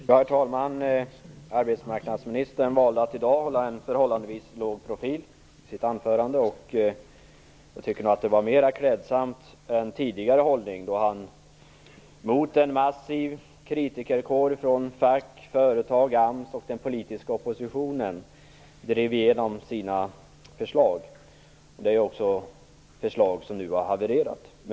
Herr talman! Arbetsmarknadsministern valde i dag att hålla en förhållandevis låg profil i sitt anförande. Jag tycker nog att det var mer klädsamt än hans tidigare hållning då han mot en massiv kritikerkår från fackföreningar, företag, AMS och den politiska oppositionen drev igenom sina förslag. Dessa förslag har ju nu också havererat.